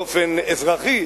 באופן אזרחי.